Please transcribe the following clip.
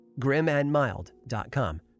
GrimAndMild.com